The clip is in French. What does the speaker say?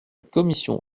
commission